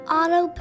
Auto